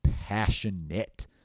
passionate